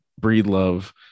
Breedlove